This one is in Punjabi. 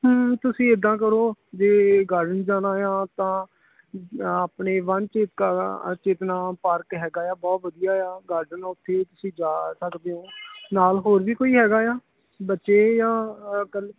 ਤੁਸੀਂ ਇਦਾਂ ਕਰੋ ਜੇ ਗਾਰਡਨ ਜਾਣਾ ਆ ਤਾਂ ਆਪਣੇ ਵਣ ਚੇਤਨਾ ਪਾਰਕ ਹੈਗਾ ਆ ਬਹੁਤ ਵਧੀਆ ਆ ਗਾਰਡਨ ਉੱਥੇ ਤੁਸੀਂ ਜਾ ਸਕਦੇ ਹੋ ਨਾਲ ਹੋਰ ਵੀ ਕੋਈ ਹੈਗਾ ਆ ਬੱਚੇ ਜਾਂ ਇਕੱਲੇ